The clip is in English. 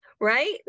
right